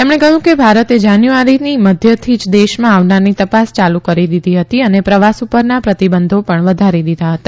તેમણે કહ્યું કે ભારતે જાન્યુઆરીની મધ્યથી જ દેશમાં આવનારની તપાસ ચાલુ કરી દીધી હતી અને પ્રવાસ ઉપરના પ્રતિબંધો પણ વધારી દીધા હતા